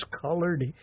colored